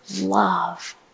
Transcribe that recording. love